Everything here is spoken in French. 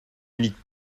milite